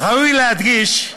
ראוי להדגיש,